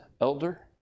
elder